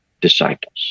disciples